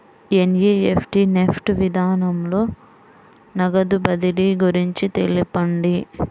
NEFT NEFT విధానంలో నగదు బదిలీ గురించి తెలుపండి?